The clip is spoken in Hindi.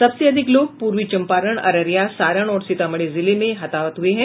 सबसे अधिक लोग पूर्वी चंपारण अररिया सारण और सीतामढ़ी जिले में हताहत हुए हुए हैं